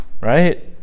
Right